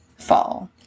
fall